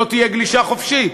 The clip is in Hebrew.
לא תהיה גלישה חופשית?